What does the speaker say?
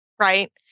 right